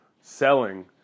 selling